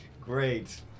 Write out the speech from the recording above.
Great